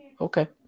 Okay